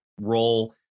role